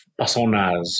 personas